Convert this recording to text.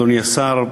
אדוני השר,